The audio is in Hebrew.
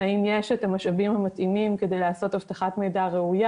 האם יש את המשאבים המתאימים כדי לעשות אבטחת מידע ראויה